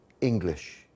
English